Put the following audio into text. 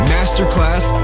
Masterclass